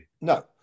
No